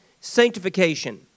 sanctification